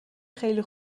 خیلی